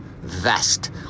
Vest